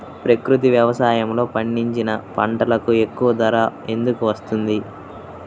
ప్రకృతి వ్యవసాయములో పండించిన పంటలకు ఎక్కువ ధర ఎందుకు వస్తుంది?